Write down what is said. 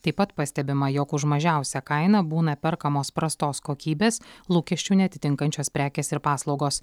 taip pat pastebima jog už mažiausią kainą būna perkamos prastos kokybės lūkesčių neatitinkančios prekės ir paslaugos